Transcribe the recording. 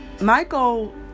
Michael